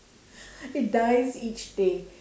it dies each day